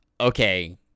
okay